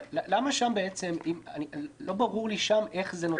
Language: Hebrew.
לא ברור לי שם איך הניסוח של אין פוגעים